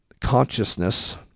consciousness